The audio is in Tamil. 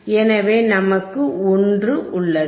எனவே நமக்கு 1 உள்ளது